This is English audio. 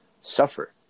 suffer